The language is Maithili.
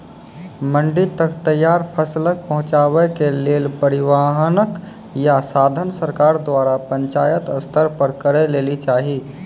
मंडी तक तैयार फसलक पहुँचावे के लेल परिवहनक या साधन सरकार द्वारा पंचायत स्तर पर करै लेली चाही?